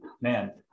man